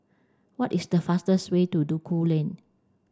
what is the fastest way to Duku Lane